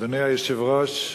אדוני היושב-ראש,